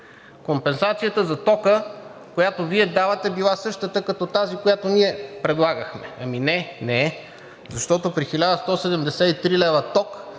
Компенсацията за тока, която Вие давате, била същата като тази, която ние предлагахме. Ами не, не е! Защото при 1073 лв. ток